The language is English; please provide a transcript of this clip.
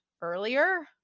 earlier